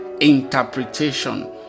interpretation